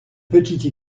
petite